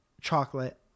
chocolate